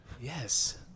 Yes